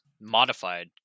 modified